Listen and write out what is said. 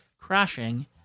Crashing